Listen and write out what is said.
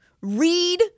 Read